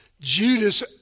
Judas